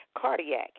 cardiac